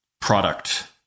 product